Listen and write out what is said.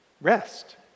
rest